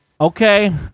okay